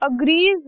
agrees